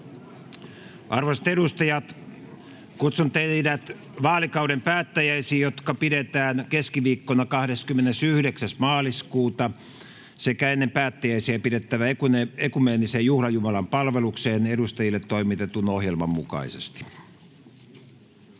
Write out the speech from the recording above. Arvoisat edustajat! Kutsun teidät vaalikauden päättäjäisiin, jotka pidetään keskiviikkona 29.3.2023, sekä ennen päättäjäisiä pidettävään ekumeeniseen juhlajumalanpalvelukseen edustajille toimitetun ohjelman mukaisesti.